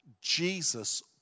Jesus